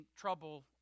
trouble